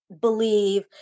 believe